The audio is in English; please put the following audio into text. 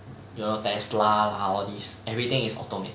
you know Tesla lah all these everything is automated